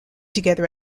together